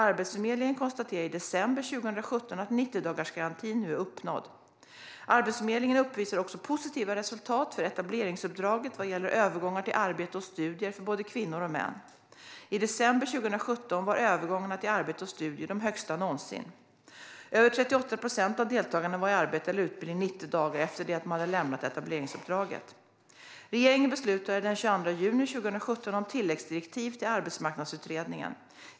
Arbetsförmedlingen konstaterade i december 2017 att 90-dagarsgarantin nu är uppnådd. Arbetsförmedlingen uppvisar också positiva resultat för etableringsuppdraget vad gäller övergångar till arbete och studier för både kvinnor och män. I december 2017 var övergångarna till arbete och studier de högsta någonsin. Över 38 procent av deltagarna var i arbete eller utbildning 90 dagar efter det att de hade lämnat etableringsuppdraget. Regeringen beslutade den 22 juni 2017 om tilläggsdirektiv till Arbetsmarknadsutredningen.